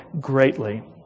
greatly